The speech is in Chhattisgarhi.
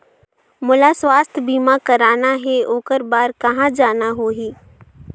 मोला स्वास्थ बीमा कराना हे ओकर बार कहा जाना होही?